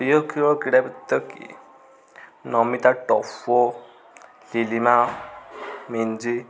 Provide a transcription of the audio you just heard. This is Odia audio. ପ୍ରିୟ ଖେଳ କ୍ରୀଡ଼ାବିତ୍ କିଏ ନମିତା ଟଫୋ ଲିଲିମା ମିଞ୍ଜି